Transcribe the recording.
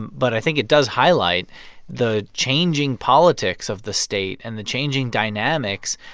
but i think it does highlight the changing politics of the state and the changing dynamics.